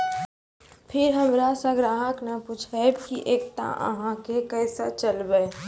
फिर हमारा से ग्राहक ने पुछेब की एकता अहाँ के केसे चलबै?